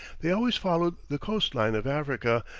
they always followed the coast-line of africa,